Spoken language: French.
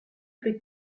plus